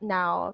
now